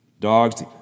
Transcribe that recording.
Dogs